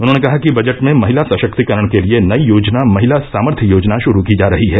उन्होंने कहा कि बजट में महिला सशक्तीकरण के लिए नयी योजना महिला सामर्थ्य योजना श्ररू की जा रही है